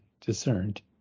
discerned